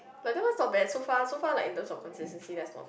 but that one's not bad so far so far like in terms of consistency that's not